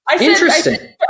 Interesting